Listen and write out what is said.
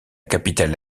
capitale